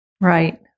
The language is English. Right